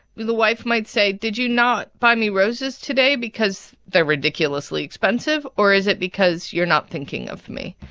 the wife might say, did you not buy me roses today because they're ridiculously expensive, or is it because you're not thinking of me?